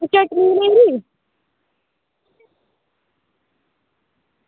तू चटनी बनाई